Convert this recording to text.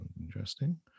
interesting